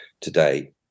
today